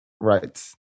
right